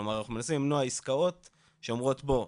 כלומר, אנחנו מנסים למנוע עסקאות שאומרות בוא,